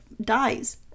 dies